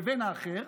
לבין האחר,